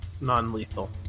non-lethal